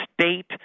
state